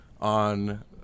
on